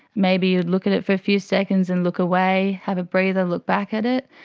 maybe you'd look at it for a few seconds and look away, have a breather, look back at it.